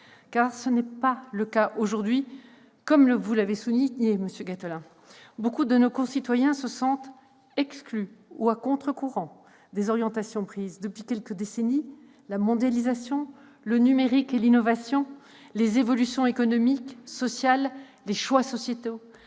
tel n'est pas le cas aujourd'hui. Comme vous l'avez souligné, monsieur Gattolin, nombre de nos concitoyens se sentent exclus, ou à contre-courant, des orientations prises, depuis quelques décennies : mondialisation, numérique, innovation, évolutions économiques et sociales, choix sociétaux.